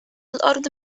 الأرض